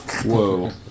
Whoa